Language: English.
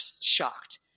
shocked